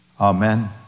Amen